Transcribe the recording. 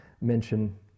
mention